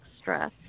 stress